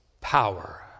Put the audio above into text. power